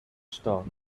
star